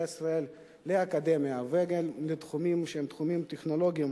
ישראל לאקדמיה וגם לתחומים שהם תחומים טכנולוגיים,